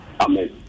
Amen